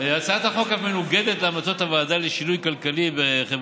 הצעת החוק אף מנוגדת להמלצות הוועדה לשינוי כלכלי-חברתי,